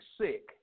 sick